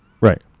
Right